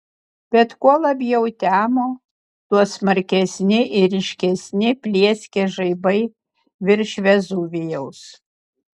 bet kuo labiau temo tuo smarkesni ir ryškesni plieskė žaibai virš vezuvijaus